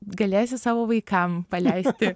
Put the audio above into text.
galėsi savo vaikam paleisti